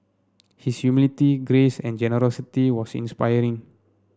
his humility grace and generosity was inspiring